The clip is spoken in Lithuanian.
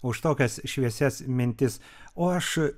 už tokias šviesias mintis o aš